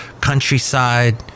Countryside